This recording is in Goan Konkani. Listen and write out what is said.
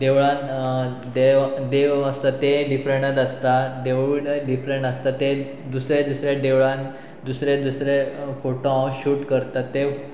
देवळान देव देव आसता ते डिफरटच आसता देवूळ डिफरंट आसता ते दुसऱ्या दुसऱ्या देवळान दुसरे दुसरे फोटो हांव शूट करता ते